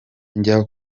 njya